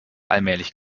allmählich